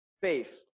faith